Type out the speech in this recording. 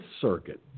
Circuit